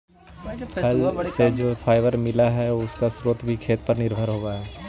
फल से जो फाइबर मिला हई, उसका स्रोत भी खेत पर ही निर्भर होवे हई